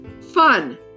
Fun